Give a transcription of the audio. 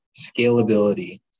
scalability